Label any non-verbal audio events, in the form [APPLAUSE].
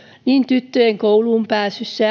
niin tyttöjen kouluunpääsyssä [UNINTELLIGIBLE]